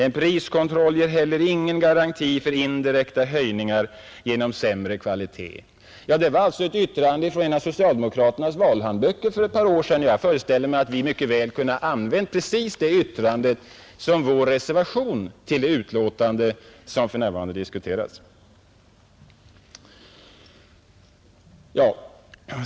En priskontroll ger heller ingen garanti för indirekta höjningar genom sämre kvalitet.” Jag föreställer mig att vi mycket väl hade kunnat använda precis denna formulering i vår reservation till det betänkande, som för närvarande diskuteras.